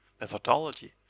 methodology